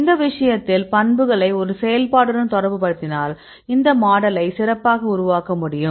இந்த விஷயத்தில் பண்புகளை ஒரு செயல்பாட்டுடன் தொடர்புபடுத்தினால் இந்த மாடலை சிறப்பாக உருவாக்க முடியும்